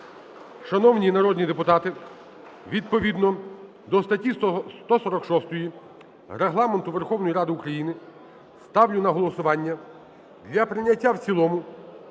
Шановні народні депутати, відповідно до статті 146 Регламенту Верховної Ради України, ставлю на голосування для прийняття в цілому